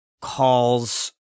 calls